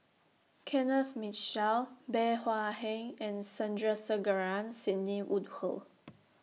Kenneth Mitchell Bey Hua Heng and Sandrasegaran Sidney Woodhull